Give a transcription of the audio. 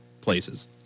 places